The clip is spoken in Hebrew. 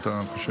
אז אם אתה חושב,